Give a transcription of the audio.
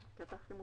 לדעתי, הוא גם יקרה